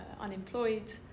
unemployed